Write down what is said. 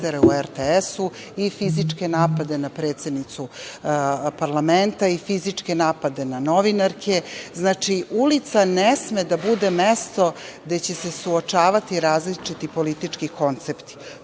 u RTS-u i fizičke napade na predsednicu parlamenta i fizičke napade na novinarke. Znači, ulica ne sme da bude mesto gde će se suočavati različiti politički koncepti. Upravo